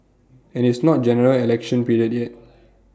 and it's not General Election period yet